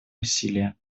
усилия